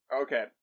Okay